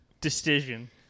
decision